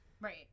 Right